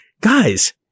guys